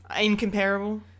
incomparable